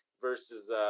versus